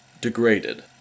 Degraded